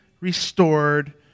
restored